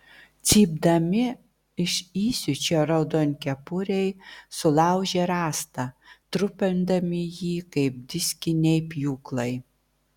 cypdami iš įsiūčio raudonkepuriai sulaužė rąstą trupindami jį kaip diskiniai pjūklai